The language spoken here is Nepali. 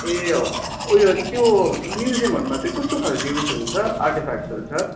ए उयो त्यो म्युजियमहरूमा त कस्तो खाले उयोहरू छ आर्टिफ्याक्ट्सहरू छ